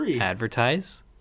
advertise